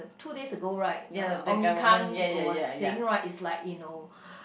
two days ago right uh Ong Yi Kang was saying right it's like you know